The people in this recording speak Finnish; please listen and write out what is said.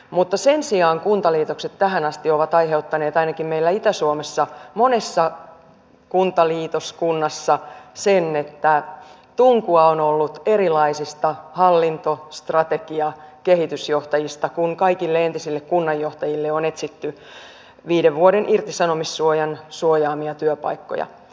mutta sen sijaan kuntaliitokset tähän asti ovat aiheuttaneet ainakin meillä itä suomessa monessa kuntaliitoskunnassa sen että tunkua on ollut erilaisista hallintostrategiakehitysjohtajista kun kaikille entisille kunnanjohtajille on etsitty viiden vuoden irtisanomissuojan suojaamia työpaikkoja